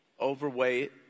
overweight